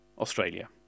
Australia